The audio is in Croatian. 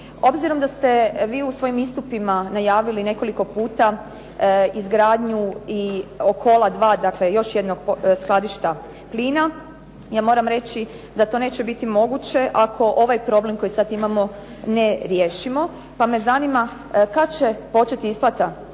Obzirom da ste vi u svojim istupima najavili nekoliko puta izgradnju i Okola 2, dakle još jednog skladišta plina ja moram reći da to neće biti moguće ako ovaj problem koji sad imamo ne riješimo pa me zanima kad će početi isplata rudne